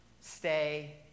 stay